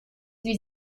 wie